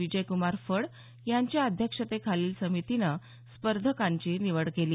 विजयक्रमार फड यांच्या अध्यक्षतेखाली समितीने स्पर्धकांची निवड केली